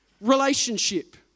relationship